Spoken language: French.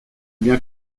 bien